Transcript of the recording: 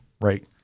Right